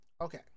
okay